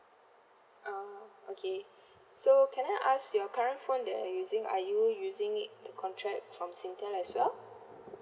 ah okay so can I ask your current phone that are using are you using it to contract from Singtel as well